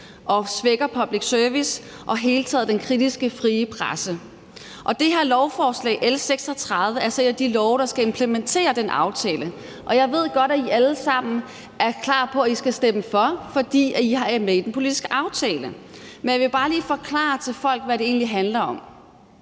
og svækker public service og i det hele taget den kritiske frie presse. Det her lovforslag, L 36, er altså et af de forslag, der skal implementere den aftale. Jeg ved godt, at I alle sammen er klar over, at I skal stemme for, fordi I er med i den politiske aftale. Men jeg vil bare lige forklare folk, hvad det egentlig handler om.